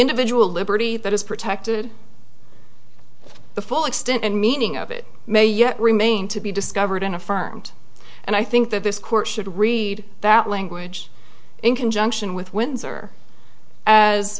individual liberty that is protected by the full extent and meaning of it may yet remain to be discovered in affirmed and i think that this court should read that language in conjunction with windsor as